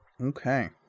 Okay